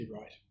right